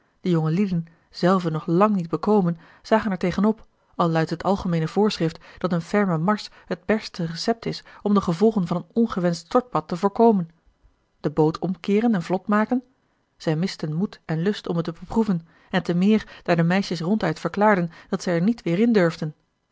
de jongelieden zelven nog lang niet bekomen zagen er tegen op al luidt het algemeene voorschrift dat een ferme marsch het beste recept is om de gevolgen van een ongewenscht stortbad te voorkomen de boot omkeeren en vlot maken zij misten moed en lust om het te beproeven en te meer daar de meisjes ronduit verklaarden dat zij er niet weêr in durfden